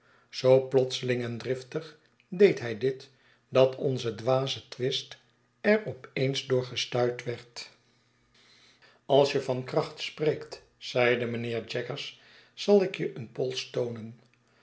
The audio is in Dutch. zoo plotseling en driftig deed hij dit dat onze dwaze twist er op eens door gestuit werd als je van kracht spreekt zeide mijnheer taggers zal ik je een pols toonen